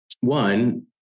One